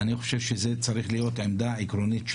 אני חושב שזה צריכה להיות עמדה עקרונית של